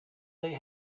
they